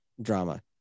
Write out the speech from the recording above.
Drama